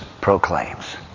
proclaims